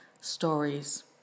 stories